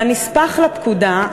בנספח לפקודה,